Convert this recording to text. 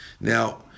Now